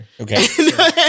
Okay